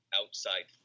outside